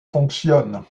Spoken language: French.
fonctionne